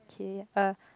okay uh